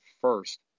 first